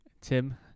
Tim